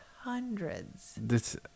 hundreds